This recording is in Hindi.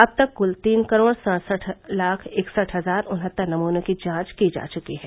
अब तक कुल तीन करोड़ सड़सठ लाख इकसठ हजार उनहत्तर नमूनों की जांच की जा चुकी है